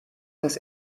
dass